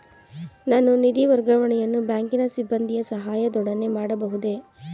ನಾನು ನಿಧಿ ವರ್ಗಾವಣೆಯನ್ನು ಬ್ಯಾಂಕಿನ ಸಿಬ್ಬಂದಿಯ ಸಹಾಯದೊಡನೆ ಮಾಡಬಹುದೇ?